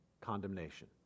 condemnation